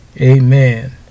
Amen